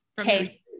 Okay